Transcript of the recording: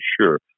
sure